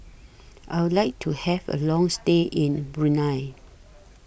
I Would like to Have A Long stay in Brunei